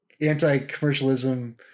anti-commercialism